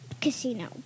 Casino